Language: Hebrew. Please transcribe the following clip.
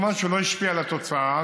והדילמה הייתה בין פארק המסילה,